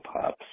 Pops